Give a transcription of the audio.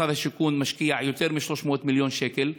משרד השיכון משקיע יותר מ-300 מיליון שקל.